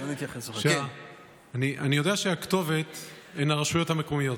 אני יודע שהכתובת היא הרשויות המקומיות,